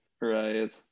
right